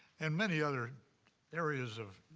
and many other areas of